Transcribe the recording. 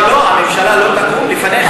הממשלה לא תקום לפניך?